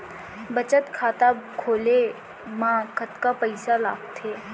बचत खाता खोले मा कतका पइसा लागथे?